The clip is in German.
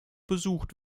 besucht